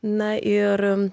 na ir